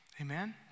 Amen